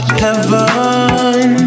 heaven